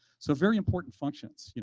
so very important functions.